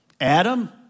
Adam